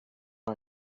our